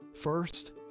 first